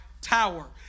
tower